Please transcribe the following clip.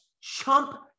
chump